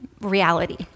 reality